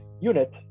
unit